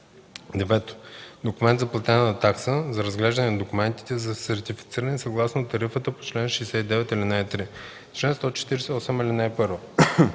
документ за платена такса за разглеждане на документите за сертифициране съгласно тарифата по чл. 69, ал. 3.”